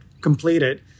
completed